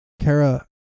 kara